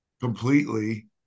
completely